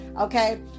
Okay